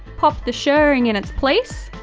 pop the shirring in it's place.